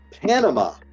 Panama